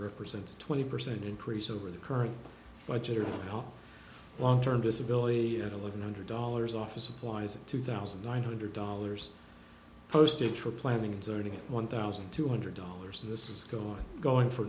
represents a twenty percent increase over the current budget or whole long term disability and a living hundred dollars office supplies of two thousand nine hundred dollars postage for planning to earning one thousand two hundred dollars and this is go on going for